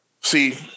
See